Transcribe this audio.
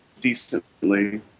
decently